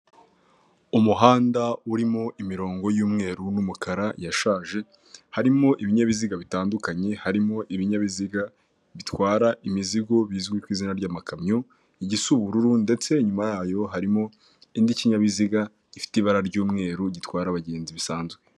Umuhanda urimo imirongo y'umweru n'umukara yashaje, harimo ibinyabiziga bitandukanye, harimo ibinyabiziga bitwara imizigo bizwi ku izina ry'amakamyo, igisa ubururu ndetse inyuma yayo harimo ikindi kinyabiziga gifite ibara ry'umweru, gitwara abagenzi bisanzwe.